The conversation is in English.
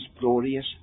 glorious